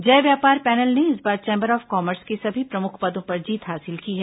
जय व्यापार पैनल ने इस बार चैंबर ऑफ कॉमर्स के सभी प्रमुख पदों पर जीत हासिल की है